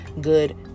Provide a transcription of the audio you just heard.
good